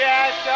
Yes